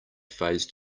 phase